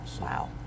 Wow